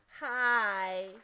Hi